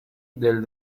del